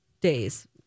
days